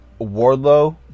Wardlow